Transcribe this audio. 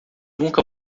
nunca